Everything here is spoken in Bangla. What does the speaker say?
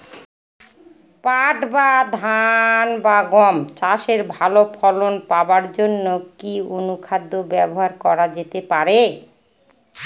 পাট বা ধান বা গম চাষে ভালো ফলন পাবার জন কি অনুখাদ্য ব্যবহার করা যেতে পারে?